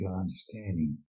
understanding